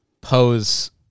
pose